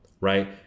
right